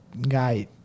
guy